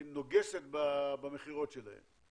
נוגסת במכירות שלהן.